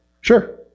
sure